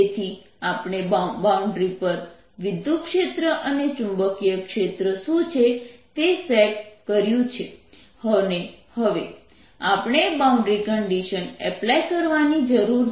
તેથી આપણે બાઉન્ડ્રી પર વિદ્યુતક્ષેત્ર અને ચુંબકીય ક્ષેત્ર શું છે તે સેટ કર્યું છે અને હવે આપણે બાઉન્ડ્રી કંડિશન્સ એપ્લાય કરવાની જરૂર છે